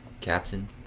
Captain